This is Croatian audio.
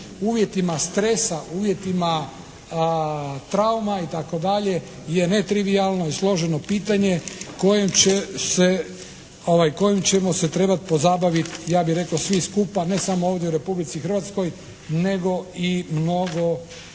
uvjetima stresa, u uvjetima trauma i tako dalje je netrivijalno i složeno pitanje kojem će se, kojim ćemo se trebati pozabaviti ja bih rekao svi skupa ne samo ovdje u Republici Hrvatskoj nego i mnogo